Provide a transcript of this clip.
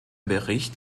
bericht